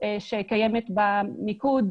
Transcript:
במיקוד